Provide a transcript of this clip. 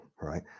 right